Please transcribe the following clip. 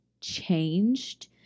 changed